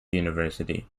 university